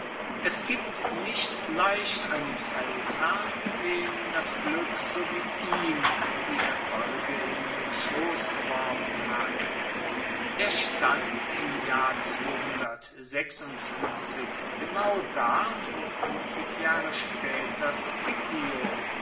es gibt nicht leicht einen feldherrn dem das glueck so wie ihm die erfolge in den schoss geworfen hat er stand im jahr genau da wo fuenfzig jahre spaeter